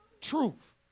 truth